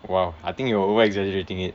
!wow! I think you are over exaggerating it